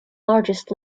largest